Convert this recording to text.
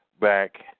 back